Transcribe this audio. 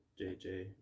JJ